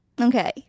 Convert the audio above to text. Okay